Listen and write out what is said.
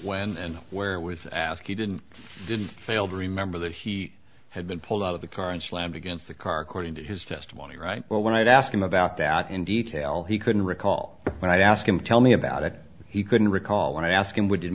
when and where was asked he didn't didn't fail to remember that he had been pulled out of the car and slammed against the car according to his testimony right when i asked him about that in detail he couldn't recall when i'd ask him tell me about it he couldn't recall when i asked him w